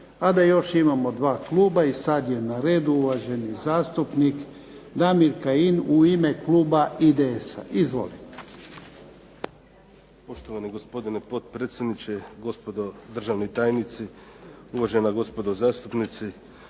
a da imamo još dva kluba. I sada je na redu uvaženi zastupnik Damir Kajin u ime kluba IDS-a. Izvolite. **Kajin, Damir (IDS)** Poštovani gospodine potpredsjedniče, gospodo državni tajnici, uvažena gospodo zastupnici.